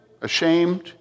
ashamed